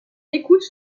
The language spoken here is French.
écoute